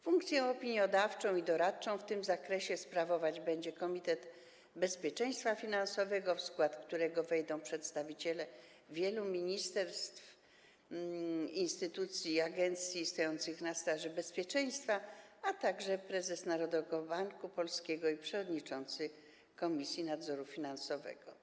Funkcję opiniodawczą i doradczą w tym zakresie sprawować będzie Komitet Bezpieczeństwa Finansowego, w skład którego wejdą przedstawiciele wielu ministerstw, instytucji i agencji stojących na straży bezpieczeństwa, a także prezes Narodowego Banku Polskiego i przewodniczący Komisji Nadzoru Finansowego.